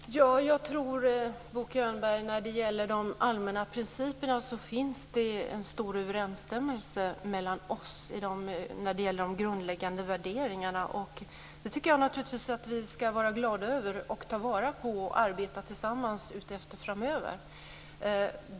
Fru talman! Jag tror, Bo Könberg, att det när det gäller de allmänna principerna finns en stor överensstämmelse mellan oss i fråga om de grundläggande värderingarna. Det tycker jag naturligtvis att vi ska vara glada för, ta vara på och arbeta tillsammans med framöver.